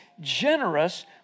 generous